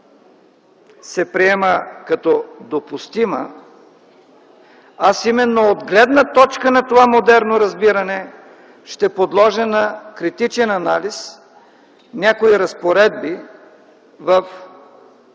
се приема като допустима, аз именно от гледна точка на това модерно разбиране ще подложа на критичен анализ някои разпоредби в